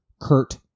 Kurt